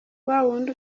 wawundi